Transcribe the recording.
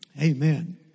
Amen